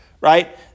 right